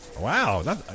Wow